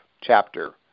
chapter